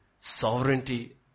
Sovereignty